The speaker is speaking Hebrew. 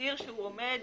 בתנאי